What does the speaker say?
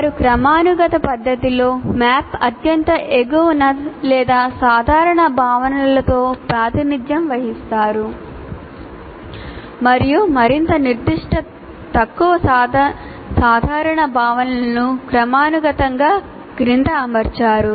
వారు క్రమానుగత పద్ధతిలో మ్యాప్ అత్యంత ఎగువన లేదా సాధారణ భావనలతో ప్రాతినిధ్యం వహిస్తారు మరియు మరింత నిర్దిష్ట తక్కువ సాధారణ భావనలను క్రమానుగతంగా క్రింద అమర్చారు